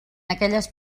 aquelles